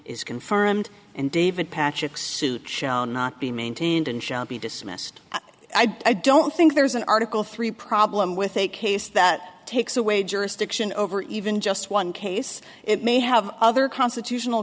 is confirmed and david patches shall not be maintained and shall be dismissed i don't think there's an article three problem with a case that takes away jurisdiction over even just one case it may have other constitutional